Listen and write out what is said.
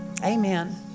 Amen